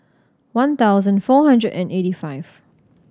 one thousand four hundred and eighty five